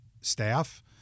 staff